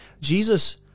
Jesus